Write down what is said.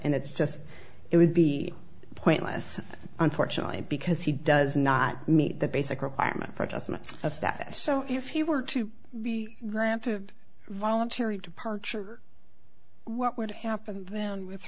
and it's just it would be pointless unfortunately because he does not meet the basic requirement for adjustment of status so if he were to be gramp to voluntary departure what would happen then with